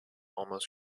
almost